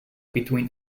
between